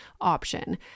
option